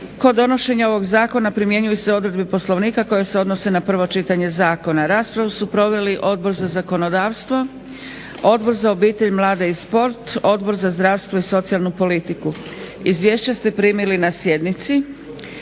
Kod donošenja ovog zakona primjenjuju se odredbe poslovnika koje se odnose na prvo čitanje zakona. Raspravu su proveli Odbor za zakonodavstvo, Odbor za obitelj, mlade i sport, Odbor za zdravstvo i socijalnu politiku. Izvješće ste primili na sjednici.